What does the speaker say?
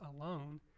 alone